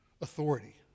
authority